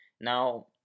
Now